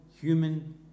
human